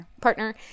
partner